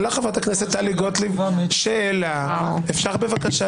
שאלה חברת הכנסת טלי גוטליב שאלה,